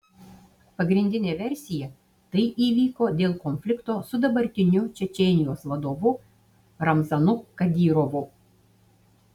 pagrindinė versija tai įvyko dėl konflikto su dabartiniu čečėnijos vadovu ramzanu kadyrovu